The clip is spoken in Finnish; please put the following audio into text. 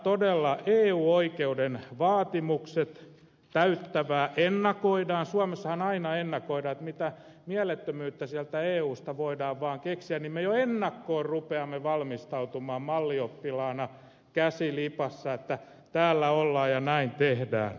todella eu oikeuden vaatimusten täyttäminen ennakoidaan suomessahan aina ennakoidaan mitä mielettömyyttä sieltä eusta voidaan vaan keksiä niin me jo ennakkoon rupeamme valmistautumaan mallioppilaana käsi lipassa että täällä ollaan ja näin tehdään